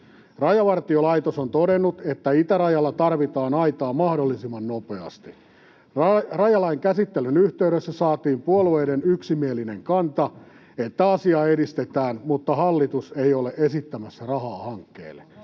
Rajavartiolaitos on todennut, että itärajalle tarvitaan aita mahdollisimman nopeasti. Rajalain käsittelyn yhteydessä saatiin puolueiden yksimielinen kanta, että asiaa edistetään, mutta hallitus ei ole esittämässä rahaa hankkeelle.